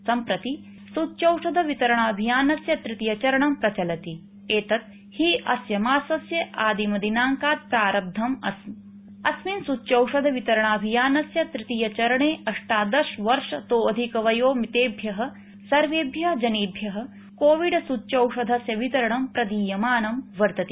सम्प्रति सूच्यौषधवितरणाभियानस्य तृतीयचरणं प्रचलति एतत् हि अस्य मासस्य आदिमदिनांकात् प्रारब्धम् अस्मिन् सूच्यौषधवितरणाभियानस्य तृतीयचरणेअष्टादश वर्ष तोऽधिक वयो मितेभ्यः सर्वेभ्यः जनेभ्यः कोविड सूच्यौषधस्य वितरणं प्रदीयमानं वर्तते